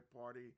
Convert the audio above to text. Party